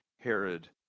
Herod